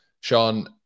sean